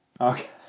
Okay